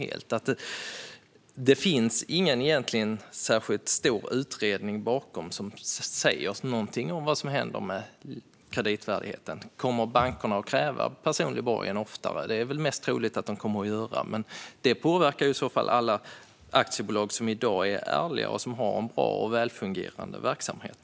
Det finns ingen särskilt stor utredning bakom detta som säger vad som händer med kreditvärdigheten. Kommer bankerna att kräva personlig borgen oftare? Det är väl troligt att de kommer att göra det, men det påverkar i så fall alla aktiebolag som i dag är ärliga och har en bra och välfungerande verksamhet.